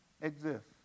exist